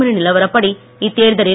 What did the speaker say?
மணி நிலவரப்படி இத்தேர்தலில்